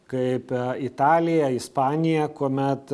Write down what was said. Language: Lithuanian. kaip italija ispanija kuomet